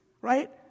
right